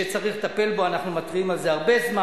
עם תשובות שמצביעות על הרבה חוכמה.